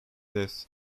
depth